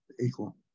equal